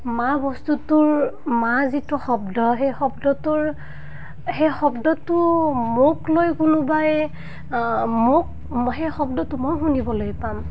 মা বস্তুটোৰ মা যিটো শব্দ সেই শব্দটোৰ সেই শব্দটো মোক লৈ কোনোবাই মোক সেই শব্দটো মই শুনিবলৈ পাম